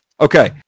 Okay